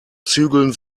zügeln